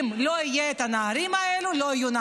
אם לא היו הנערים האלו,